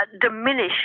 diminish